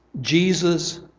Jesus